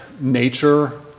nature